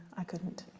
i couldn't.